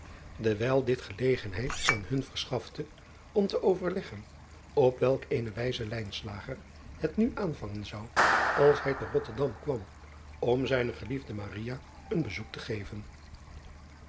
dewijl dit gelegenheid aan hun verschafte om te overleggen op welk eene wijze het nu aanvangen zou als hij te otterdam kwam om zijne geliefde een bezoek te geven